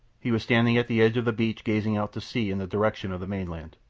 he was standing at the edge of the beach gazing out to sea in the direction of the mainland,